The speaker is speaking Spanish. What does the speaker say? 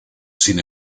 sin